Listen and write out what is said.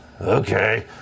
Okay